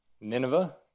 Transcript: Nineveh